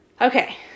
Okay